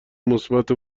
مثبت